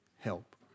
help